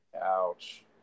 ouch